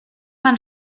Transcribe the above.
man